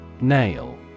Nail